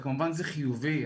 וכמובן, זה חיובי.